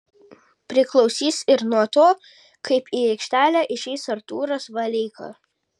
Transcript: priklausys ir nuo to kaip į aikštelę išeis artūras valeika